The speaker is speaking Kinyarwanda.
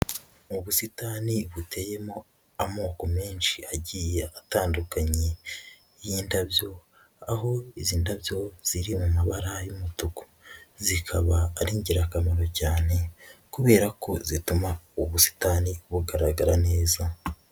Ubusitani buteyemo amoko menshi agiye atandukanye y'indabyo, aho izi ndabyo ziri mu mabara y'umutuku, zikaba ari ingirakamaro cyane kubera ko zituma ubusitani bugaragara neza.